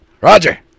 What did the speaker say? Roger